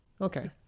okay